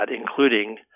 including